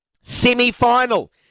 semi-final